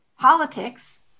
politics